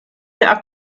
der